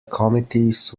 committees